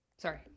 Sorry